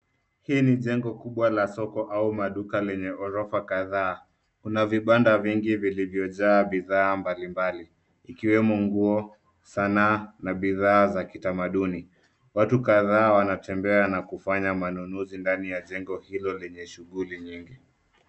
Hii ni jengo kubwa la soko au maduka yenye ghorofa kadhaa, Kuna vibanda vingi vilivyojaa bidhaa mbalimbali ,ikiwemo nguo sanaa na bidhaa za kitamaduni. Watu kadhaa wanatembea na kufanya manunuzi, ndani ya jengo Hilo lenye shughuli nyingi.